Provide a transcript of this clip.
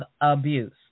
abuse